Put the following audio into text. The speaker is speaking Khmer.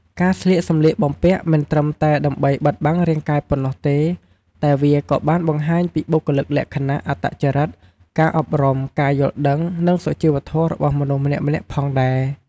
ការស្លៀកសម្លៀកបំពាក់មិនត្រឹមតែដើម្បីបិទបាំងរាងកាយប៉ុណ្ណោះទេ តែវាក៏បានបង្ហាញពីបុគ្គលិកលក្ខណៈ អត្តចរឹត ការអប់រំ ការយល់ដឹង និងសុជីវធម៌របស់មនុស្សម្នាក់ៗផងដែរ។